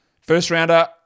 first-rounder